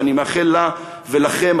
שאני מאחל לה ולכם,